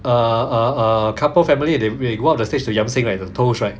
uh uh uh couple family they they go up the stage yam seng like the toast right